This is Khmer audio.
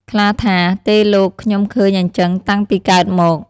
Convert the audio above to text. ខ្លាថា៖ "ទេលោក! ខ្ញុំឃើញអីចឹងតាំងពីកើតមក"។